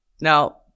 Now